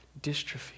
dystrophy